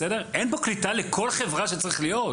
אין פה קליטה לכל חברה שצריך להיות?